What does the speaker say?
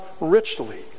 richly